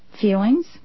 feelings